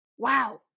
Wow